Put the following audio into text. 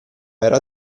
era